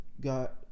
got